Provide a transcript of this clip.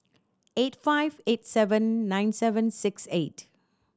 eight five eight seven nine seven six eight